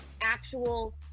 actual